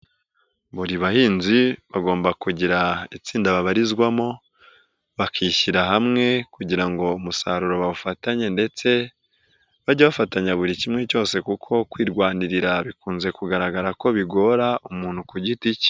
Buri bahinzi bagomba kugira itsinda babarizwamo bakishyira hamwe kugira ngo umusaruro bawufatanye ndetse bajye bafatanya buri kimwe cyose kuko kwirwanirira bikunze kugaragara ko bigora umuntu ku giti cye.